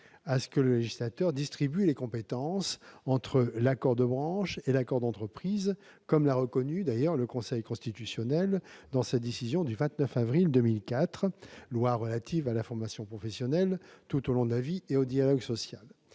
à ce que le législateur distribue les compétences entre l'accord de branche et l'accord d'entreprise, comme l'a reconnu le Conseil constitutionnel dans sa décision du 29 avril 2004 sur la loi relative à la formation professionnelle tout au long de la vie et au dialogue social.